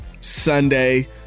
Sunday